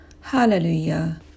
Hallelujah